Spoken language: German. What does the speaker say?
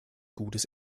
gutes